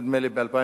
נדמה לי ב-2003.